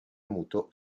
muto